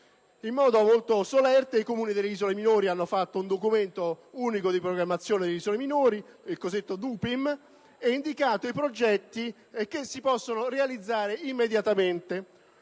In modo molto solerte, i Comuni delle isole minori hanno redatto un Documento unico di programmazione delle isole minori (il cosiddetto DUPIM) ed hanno indicato i progetti che si possono realizzare immediatamente